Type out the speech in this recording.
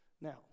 Now